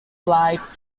light